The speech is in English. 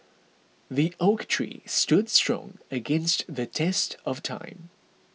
the oak tree stood strong against the test of time